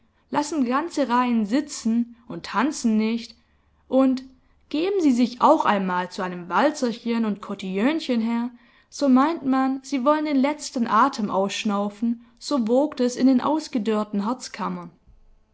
lassen ganze reihen sitzen und tanzen nicht und geben sie sich auch einmal zu einem walzerchen und kotillönchen her so meint man sie wollen den letzten atem ausschnaufen so wogt es in den ausgedörrten